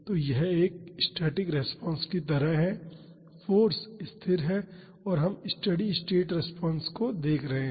तो यह एक स्टैटिक रिस्पांस की तरह है फाॅर्स स्थिर है और हम स्टेडी स्टेट रिस्पांस को देख रहे हैं